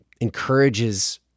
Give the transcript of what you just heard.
encourages